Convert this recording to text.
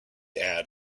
add